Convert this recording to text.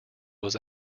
was